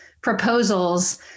proposals